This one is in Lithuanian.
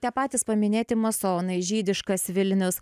tie patys paminėti masonai žydiškas vilnius